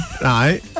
right